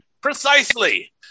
Precisely